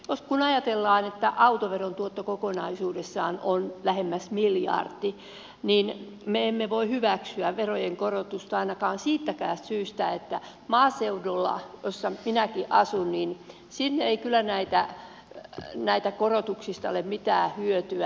kun ajatellaan että autoveron tuotto kokonaisuudessaan on lähemmäs miljardi niin me emme voi hyväksyä verojen korotusta ainakaan siitä syystä että maaseudulla missä minäkin asun ei kyllä näistä korotuksista ole mitään hyötyä